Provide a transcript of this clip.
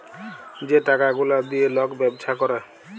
যে টাকা গুলা দিঁয়ে লক ব্যবছা ক্যরে